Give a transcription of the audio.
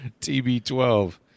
TB12